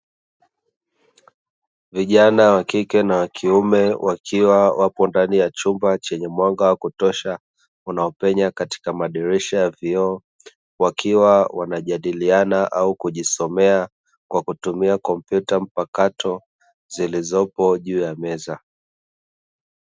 Vijana wa kike na wa kiume wakiwa wapo ndani ya chumba chenye mwanga wa kutosha unaopenya katika madirisha ya vioo, wakiwa wanajadiliana au kujisomea kwa kutumia kompyuta mpakato zilizopo juu ya meza.